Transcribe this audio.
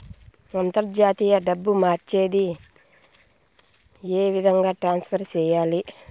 అంతర్జాతీయ డబ్బు మార్చేది? ఏ విధంగా ట్రాన్స్ఫర్ సేయాలి?